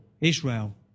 Israel